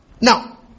Now